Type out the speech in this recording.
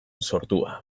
sortua